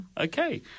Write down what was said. Okay